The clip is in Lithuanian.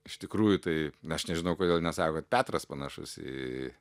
iš tikrųjų tai aš nežinau kodėl nesako kad petras panašus į